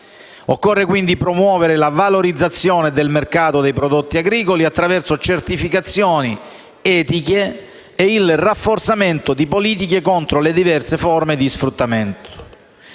Occorre quindi promuovere la valorizzazione del mercato dei prodotti agricoli attraverso certificazioni etiche e il rafforzamento di politiche contro le diverse forme di sfruttamento.